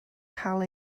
cael